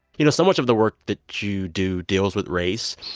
you know, so much of the work that you do deals with race.